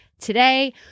Today